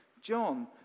John